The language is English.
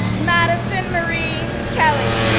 madison marie kelley,